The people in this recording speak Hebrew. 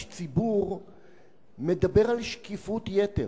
על שקיפות יתר.